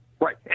Right